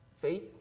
faith